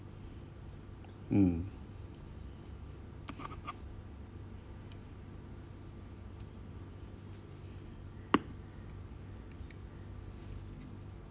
mm